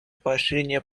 поощрение